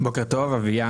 בוקר טוב לוועדה.